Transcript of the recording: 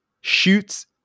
shoots